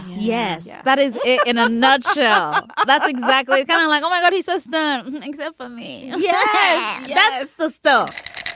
yes. yeah that is in a nutshell about exactly kind of like, oh, my god. he says the things for me yeah, that is the stuff